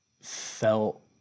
felt